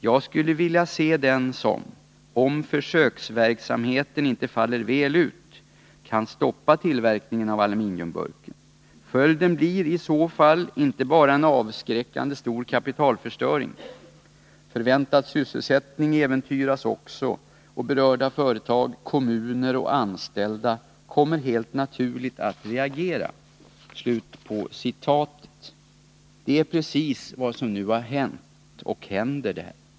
Jag skulle vilja se den som — om försöksverksamheten inte faller väl ut — kan stoppa tillverkningen av aluminiumburken. Följden blir i så fall inte bara en avskräckande stor kapitalförstöring. Förväntad sysselsättning äventyras också, och berörda företag, kommuner och anställda kommer helt naturligt att reagera.” Det är precis vad som nu har hänt och händer.